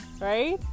right